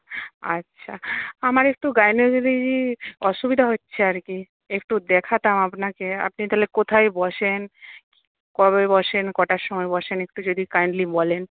আচ্ছা আমার একটু গাইনোকলজির অসুবিধা হচ্ছে আর কি একটু দেখাতাম আপনাকে আপনি তাহলে কোথায় বসেন কবে বসেন কটার সময় বসেন একটু যদি কাইন্ডলি বলেন